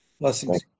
Blessings